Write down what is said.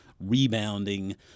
rebounding